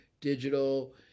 digital